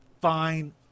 fine